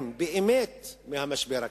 שנפגעים באמת מהמשבר הכלכלי,